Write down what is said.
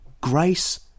grace